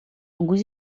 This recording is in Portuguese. alguns